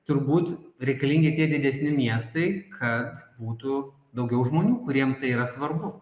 turbūt reikalingi tie didesni miestai kad būtų daugiau žmonių kuriem tai yra svarbu